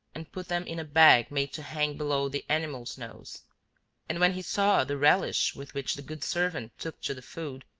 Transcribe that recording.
and put them in a bag made to hang below the animal's nose and when he saw the relish with which the good servant took to the food,